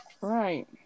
Right